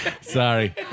Sorry